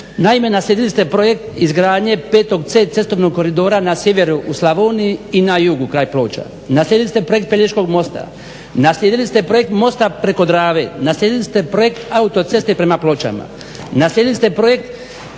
Naime, naslijedili ste projekt izgradnje Vc cestovnog koridora na sjeveru u Slavoniji i na jugu kraj Ploča, naslijedili ste projekt Pelješkog mosta, naslijedili ste projekt mosta preko Drave, naslijedili ste projekt autoceste prema Pločama, naslijedili ste projekt